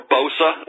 Bosa